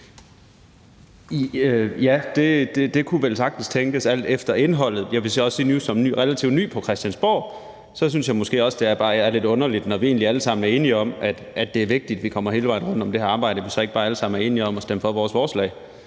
vel sagtens tænkes, alt efter hvad indholdet er. Jeg vil så også som relativt ny på Christiansborg sige, at jeg måske bare synes, at det er lidt underligt, at vi, når vi egentlig alle sammen er enige om, at det er vigtigt, at vi kommer hele vejen rundt om det her arbejde, ikke bare kan blive enige om at stemme for vores forslag